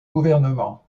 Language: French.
gouvernement